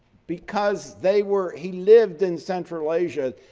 because they were he lived in central asia.